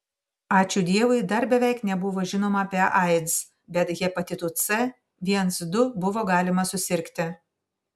ačiū dievui dar beveik nebuvo žinoma apie aids bet hepatitu c viens du buvo galima susirgti